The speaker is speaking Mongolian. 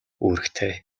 үүрэгтэй